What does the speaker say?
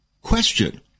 question